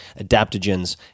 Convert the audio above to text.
adaptogens